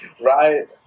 right